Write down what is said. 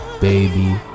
Baby